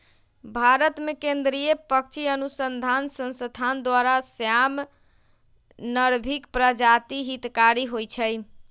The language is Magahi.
भारतमें केंद्रीय पक्षी अनुसंसधान संस्थान द्वारा, श्याम, नर्भिक प्रजाति हितकारी होइ छइ